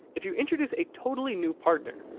if you introduce a totally new partner,